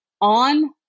on